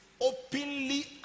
openly